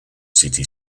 city